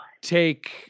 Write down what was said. take